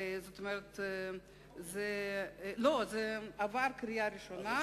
זה עבר בקריאה ראשונה.